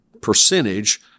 percentage